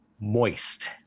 moist